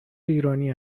ایرانی